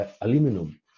Aluminum